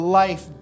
life